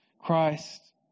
Christ